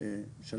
לדעתי,